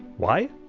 why?